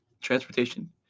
transportation